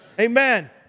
Amen